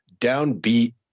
downbeat